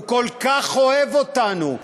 הוא כל כך אוהב אותנו,